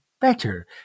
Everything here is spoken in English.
better